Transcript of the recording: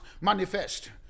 manifest